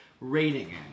rating